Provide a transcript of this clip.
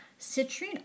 Citrine